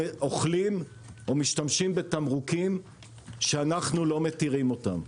אוכלים או משתמשים בתמרוקים שאנחנו לא מתירים אותם.